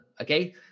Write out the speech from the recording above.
okay